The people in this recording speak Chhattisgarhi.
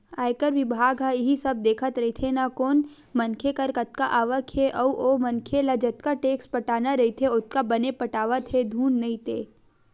आयकर बिभाग ह इही सब देखत रहिथे ना कोन मनखे कर कतका आवक हे अउ ओ मनखे ल जतका टेक्स पटाना रहिथे ओतका बने पटावत हे धुन नइ ते